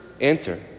answer